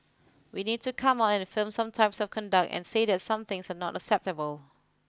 we need to come out and affirm some types of conduct and say that some things are not acceptable